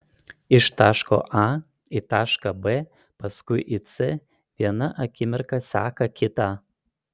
iš taško a į tašką b paskui į c viena akimirka seka kitą